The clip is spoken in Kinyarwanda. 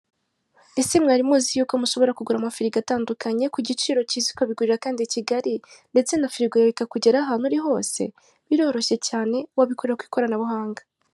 Ese mwari muzi y'uko mushobora kugura amafirigo atandukanye ku giciro cyiza ukabigurira kandi i Kigali ndetse na firigo yawe ikakugeraho ahantu ari hose? Biroroshye cyane wabikorera ku ikoranabuhanga.